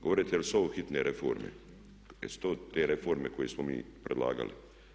Govorite jesu li ovo hitne reforme, jesu to te reforme koje smo mi predlagali?